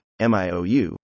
MIOU